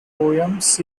poems